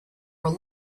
were